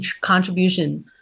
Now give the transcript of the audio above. contribution